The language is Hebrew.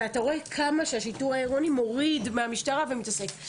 ואתה רואה כמה השיטור העירוני מוריד מהמשטרה ומתעסק.